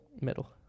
Middle